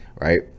right